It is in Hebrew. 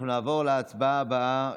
נעבור להצעה הבאה,